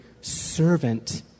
servant